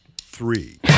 three